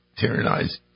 tyrannize